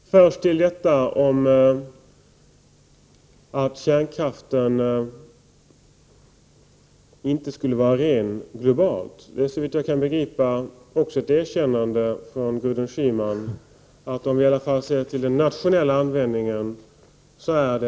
Herr talman! Först till detta att kärnkraften inte skulle vara ren globalt. Såvitt jag förstår är detta ett erkännande från Gudrun Schymans sida att energiformen, åtminstone om vi ser till den nationella användningen, är